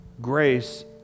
Grace